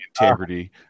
integrity